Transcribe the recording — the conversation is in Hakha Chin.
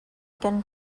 kan